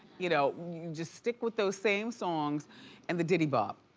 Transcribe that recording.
you know just stick with those same songs and the diddy bop.